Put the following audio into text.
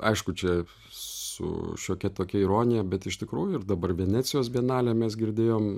aišku čia su šiokia tokia ironija bet iš tikrųjų ir dabar venecijos bienalė mes girdėjom